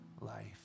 life